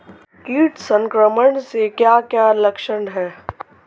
कीट संक्रमण के क्या क्या लक्षण हैं?